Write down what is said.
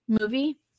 movie